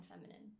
feminine